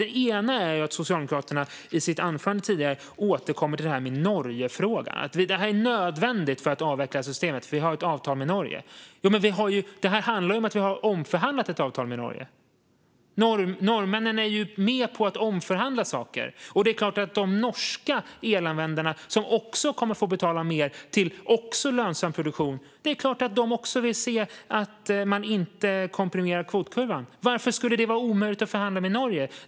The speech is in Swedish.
Det ena är att Socialdemokraterna i sitt anförande tidigare återkom till det här med Norgefrågan - att detta är nödvändigt för att avveckla systemet, därför att vi har ett avtal med Norge. Det här handlar ju om att vi har omförhandlat ett avtal med Norge. Norrmännen är med på att omförhandla saker. Det är klart att även de norska elanvändarna, som också kommer att få betala mer till lönsam produktion, vill se att man inte komprimerar kvotkurvan. Varför skulle det vara omöjligt att förhandla med Norge?